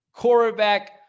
quarterback